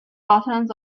buttons